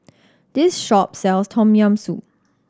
this shop sells Tom Yam Soup